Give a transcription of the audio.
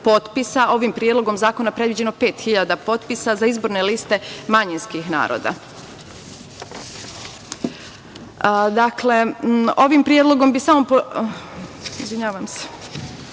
ovim predlogom zakona predviđeno 5.000 potpisa za izborne liste manjinskih naroda. Mi